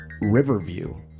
Riverview